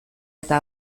eta